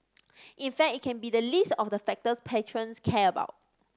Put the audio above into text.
in fact it can be the least of the factors patrons care about